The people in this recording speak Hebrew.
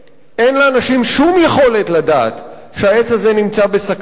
אין לאנשים שום יכולת לדעת שהעץ הזה נמצא בסכנה,